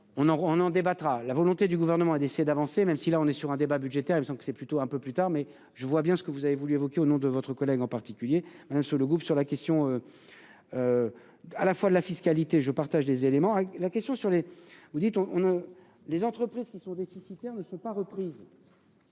on en débattra la volonté du gouvernement d'essayer d'avancer même si là on est sur un débat budgétaire et disons que c'est plutôt un peu plus tard mais je vois bien ce que vous avez voulu évoquer au nom de votre collègue en particulier un seul groupe sur la question. À la fois de la fiscalité, je partage des éléments à la question sur les. Vous dites, on a les entreprises qui sont déficitaires ne sont pas reprises.